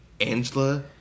Angela